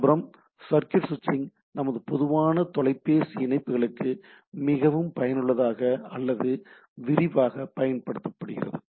மறுபுறம் சர்க்யூட் ஸ்விட்சிங் நமது பொதுவான தொலைபேசி இணைப்புகளுக்கு மிகவும் பயனுள்ளதாக அல்லது விரிவாகப் பயன்படுத்தப்படுகிறது